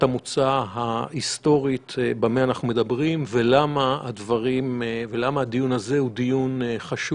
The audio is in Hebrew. המוצא ההיסטורית במה אנחנו מדברים ולמה הדיון הזה הוא דיון חשוב.